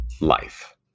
life